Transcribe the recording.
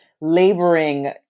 laboring